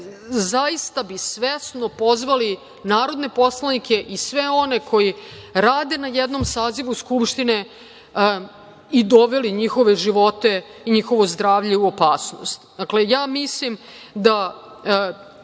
zaista bi svesno pozvali narodne poslanike i sve one koji rade na jednom sazivu Skupštine i doveli njihove živote i njihovo zdravlje u opasnost. Dakle, mislim da